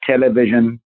television